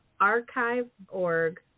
archive.org